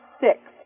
six